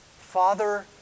Father